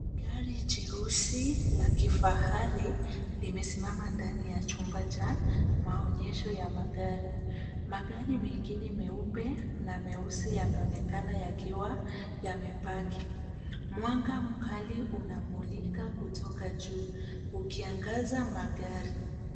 Gari jeusi la kifahari limesimama ndani ya chumba cha maonyesho ya magari. Magari mengine meupe na meusi yameonekana yakiwa yamepaki. Mwanga mkali unamulika kutoka juu ukiangaza magari.